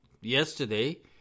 yesterday